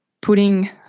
putting